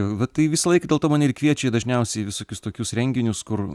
va tai visąlaik dėl to mane ir kviečia į dažniausiai visokius tokius renginius kur